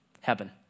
Heaven